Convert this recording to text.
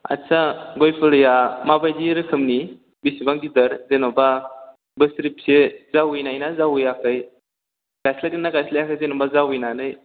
आदसा गय फुलिया माबायदि रोखोमनि बेसेबां गिदिर जेनेबा बोसोरबेसे जावैनायना जावैआखै गायस्लायदोंना गायस्लायाखै जेनेबा जावैनानै